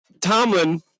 Tomlin